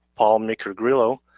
paul meekergrillo